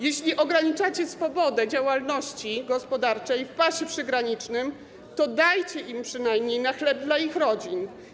Jeśli ograniczacie swobodę działalności gospodarczej w pasie przygranicznym, to dajcie im przynajmniej na chleb dla ich rodzin.